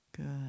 Good